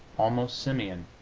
almost simian.